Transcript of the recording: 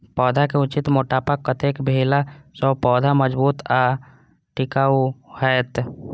पौधा के उचित मोटापा कतेक भेला सौं पौधा मजबूत आर टिकाऊ हाएत?